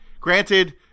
Granted